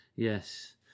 Yes